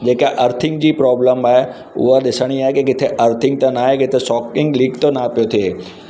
जेका अर्थिंग जी प्रॉब्लम आहे उहा ॾिसणी आहे की किथे अर्थिंग त नाहे किथे सॉकिंग लीक त न पियो थिए